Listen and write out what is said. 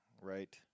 Right